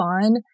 fun